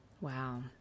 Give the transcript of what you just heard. Wow